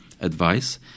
advice